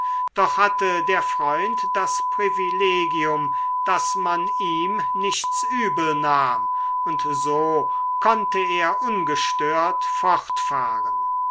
doch hatte der freund das privilegium daß man ihm nichts übel nahm und so konnte er ungestört fortfahren